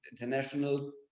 international